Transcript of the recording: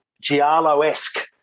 Giallo-esque